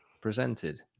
presented